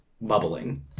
bubbling